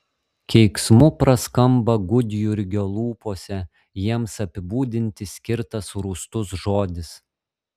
keiksmu praskamba gudjurgio lūpose jiems apibūdinti skirtas rūstus žodis